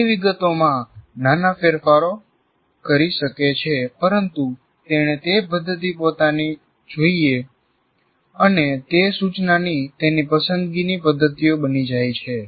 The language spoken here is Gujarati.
તે વિગતોમાં નાના ફેરફારો કરી શકે છે પરંતુ તેણે તે પ્રદ્ધતી પોતાની જોઈએ અને તે સૂચનાની તેની પસંદગીની પદ્ધતિઓ બની જાય છે